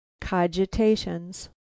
cogitations